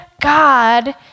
God